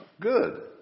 good